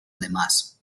demás